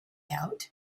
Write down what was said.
out